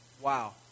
wow